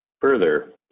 Further